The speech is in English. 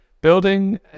building